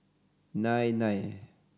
nine nine